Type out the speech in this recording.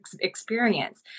experience